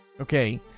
Okay